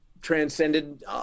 transcended